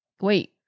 wait